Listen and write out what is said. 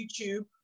YouTube